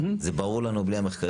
זה ברור לנו גם בלי המחקרים.